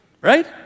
right